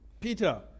Peter